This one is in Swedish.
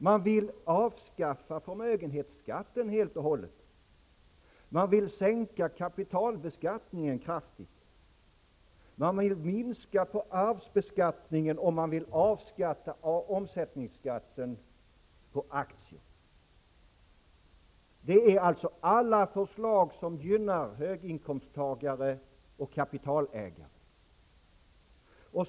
Man vill avskaffa förmögenhetsskatten helt och hållet, man vill sänka kapitalbeskattningen kraftigt, man vill minska på arvsbeskattningen och man vill avskaffa omsättningsskatten på aktier. Allt detta är förslag som gynnar höginkomsttagare och kapitalägare.